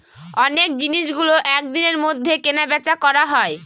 অনেক জিনিসগুলো এক দিনের মধ্যে কেনা বেচা করা হয়